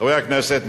חברי הכנסת,